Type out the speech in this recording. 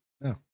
No